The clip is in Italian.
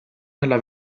nella